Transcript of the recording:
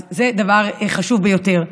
אז זה דבר חשוב ביותר.